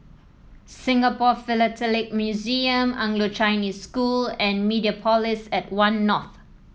Singapore Philatelic Museum Anglo Chinese School and Mediapolis at One North